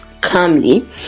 calmly